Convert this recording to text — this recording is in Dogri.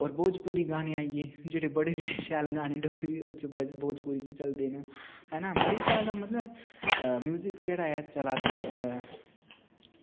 होर भोजपुरी गाने आई गे जेह्ड़े बड़े गै शैल गाने डोगरी च ओह्दे च भोजपुरी च है ना बड़े शैल मतलब म्युजिक जेह्ड़ा ऐ चला दा